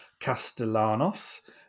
Castellanos